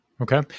Okay